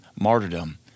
martyrdom